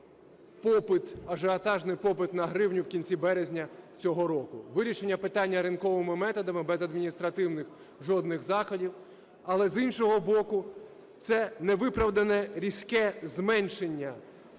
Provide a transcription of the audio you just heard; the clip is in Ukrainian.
ажіотажний попит на гривню в кінці березня цього року, вирішення питання ринковими методами, без адміністративних жодних заходів. Але, з іншого боку, це невиправдане різке зменшення